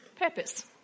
Purpose